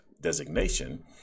designation